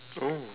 oh